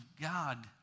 God